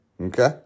Okay